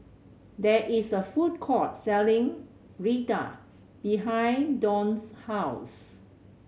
there is a food court selling Raita behind Donte's house